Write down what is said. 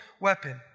weapon